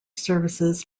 services